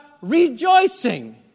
rejoicing